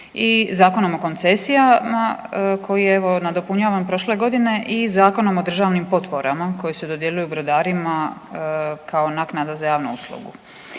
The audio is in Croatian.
i Zakonom o koncesijama koji je evo nadopunjavan prošle godine i Zakonom o državnim potporama koje se dodjeljuju brodarima kao naknada za javnu uslugu.